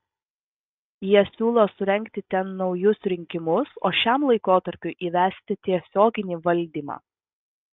jie siūlo surengti ten naujus rinkimus o šiam laikotarpiui įvesti tiesioginį valdymą